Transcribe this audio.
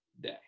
day